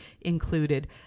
included